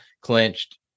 clenched